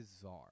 bizarre